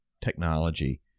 technology